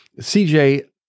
CJ